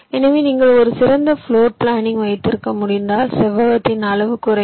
எனவே நீங்கள் ஒரு சிறந்த பிளோர் பிளானிங் வைத்திருக்க முடிந்தால் செவ்வகத்தின் அளவு குறையும்